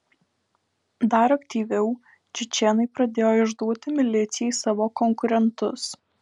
dar aktyviau čečėnai pradėjo išduoti milicijai savo konkurentus